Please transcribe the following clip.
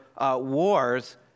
wars